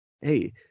hey